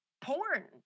porn